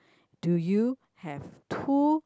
do you have two